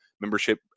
Membership